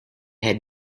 had